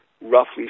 roughly